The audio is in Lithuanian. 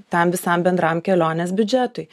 tam visam bendram kelionės biudžetui